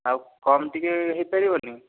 ଆଉ କମ୍ ଟିକେ ହୋଇପାରିବନି